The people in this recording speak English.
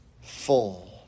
full